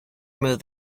remove